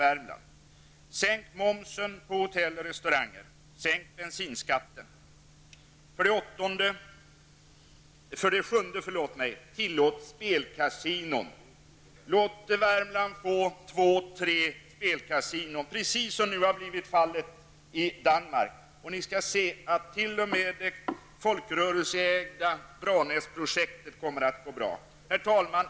Vidare uppmanar vi till en sänkning av hotell och restaurangmomsen samt av bensinskatten. För det sjunde vill vi att spelkasinon skall tillåtas. Låt Värmland få två tre spelkasinon, precis som i Danmark! Ni skall se att t.o.m. folkrörelseägda Branäs då går bra. Herr talman!